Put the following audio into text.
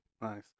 Nice